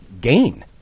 gain